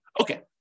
Okay